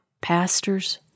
Pastors